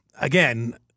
Again